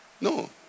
No